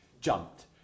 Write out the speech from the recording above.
jumped